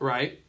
Right